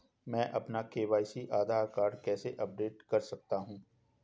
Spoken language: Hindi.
मैं अपना ई के.वाई.सी आधार कार्ड कैसे अपडेट कर सकता हूँ?